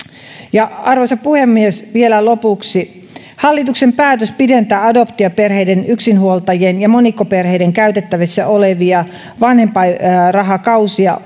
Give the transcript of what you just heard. arvoisa puhemies vielä lopuksi hallituksen päätös pidentää adoptioperheiden yksinhuoltajien ja monikkoperheiden käytettävissä olevia vanhempainrahakausia